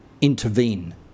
intervene